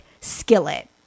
skillet